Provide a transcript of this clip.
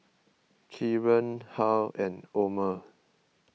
Kieran Harl and Omer